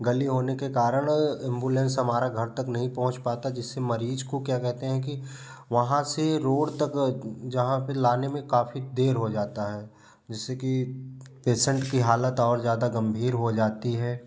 गली होने के कारण एम्बुलेंस हमारा घर तक नहीं पहुँच पाता जिससे मरीज को क्या कहते हैं कि वहाँ से रोड तक जहाँ पे लाने में काफ़ी देर हो जाता है जिससे कि पेसेन्ट की हालत और ज़्यादा गंभीर हो जाती है